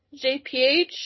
JPH